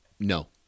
No